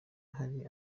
hari